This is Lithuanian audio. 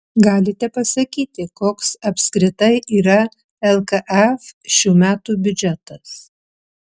galite pasakyti koks apskritai yra lkf šių metų biudžetas